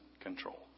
control